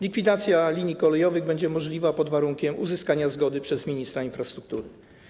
Likwidacja linii kolejowych będzie możliwa pod warunkiem uzyskania zgody przez ministra infrastruktury.